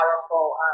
powerful